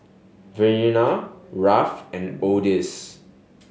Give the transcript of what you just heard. Verena Rafe and Odis